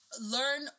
learn